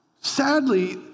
sadly